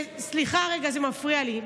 סליחה רגע, זה מפריע לי.